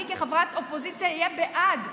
אני כחברת אופוזיציה אהיה בעד.